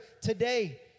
today